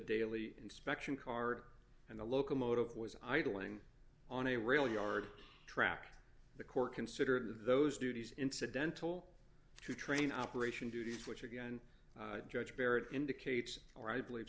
daily inspection car and the locomotive was idling on a rail yard track the court considered those duties incidental to train operation duties which again judge baird indicates or i believe